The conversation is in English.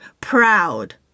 proud